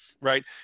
right